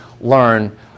learn